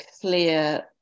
clear